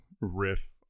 riff